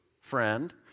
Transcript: friend